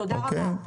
תודה רבה.